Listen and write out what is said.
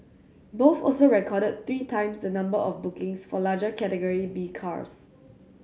both also recorded three times the number of bookings for larger Category B cars